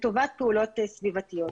לטובת פעולות סביבתיות.